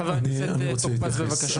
חבר הכנסת טור פז, בבקשה.